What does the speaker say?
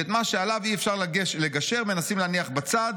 ואת מה שעליו אי-אפשר לגשר מנסים להניח בצד,